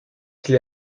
qu’il